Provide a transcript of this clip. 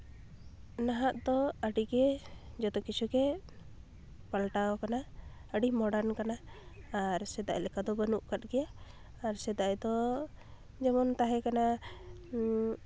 ᱱᱟᱦᱟᱜ ᱫᱚ ᱟᱹᱰᱤ ᱜᱮ ᱡᱚᱛᱚ ᱠᱤᱪᱩ ᱜᱮ ᱯᱟᱞᱴᱟᱣ ᱠᱟᱱᱟ ᱟᱹᱰᱤ ᱢᱚᱰᱟᱨᱱ ᱠᱟᱱᱟ ᱟᱨ ᱥᱮᱫᱟᱭ ᱞᱮᱠᱟ ᱫᱚ ᱵᱟᱹᱱᱩᱜ ᱠᱟᱫ ᱜᱮᱭᱟ ᱟᱨ ᱥᱮᱫᱟᱭ ᱫᱚ ᱡᱮᱢᱚᱱ ᱛᱟᱦᱮᱠᱟᱱᱟ